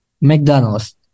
McDonald's